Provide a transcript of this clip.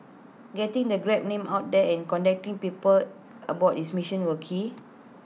getting the grab name out there and connecting people about its mission were key